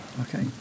Okay